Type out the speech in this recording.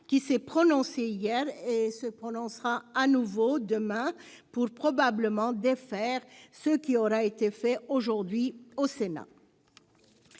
qui s'est prononcée hier et se prononcera à nouveau demain pour, probablement, défaire ce qui aura été fait aujourd'hui au Sénat.